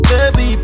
Baby